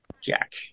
Jack